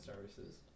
services